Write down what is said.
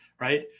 Right